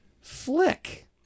Flick